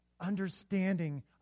understanding